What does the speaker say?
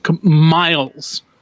miles